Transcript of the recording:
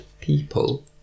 people